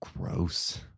gross